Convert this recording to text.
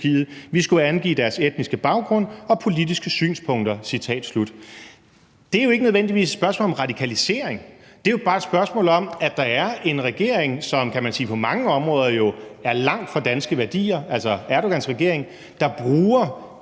Vi skulle angive deres etniske baggrund og politiske synspunkter«. Det er jo ikke nødvendigvis et spørgsmål om radikalisering. Det er jo bare et spørgsmål om, at der er en regering, som, kan man sige, på mange områder er langt fra danske værdier – altså Erdogans regering – og som bruger